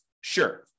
Sure